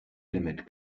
limit